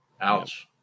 Ouch